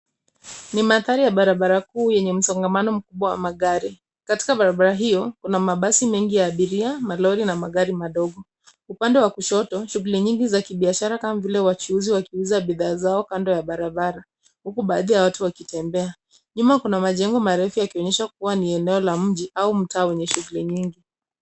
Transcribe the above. Ni mandhari ya barabara kuu yenye msongamano mkubwa wa magari katika barabara hiyo Kuna mabasi mengi ya abiria, malori na magari madogo . Upende wa kushoto shughuli nyingi za kibiashara kama vile wachuuzi wakiuza bidhaa zao kando ya barabara huku baadhi ya watu wakitembea. Nyuma Kuna majengo marefu yakionyesha kuwa ni eneo la mji au mtaa wenye shughuli nyingi.